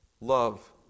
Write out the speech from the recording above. love